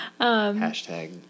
Hashtag